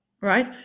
Right